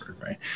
Right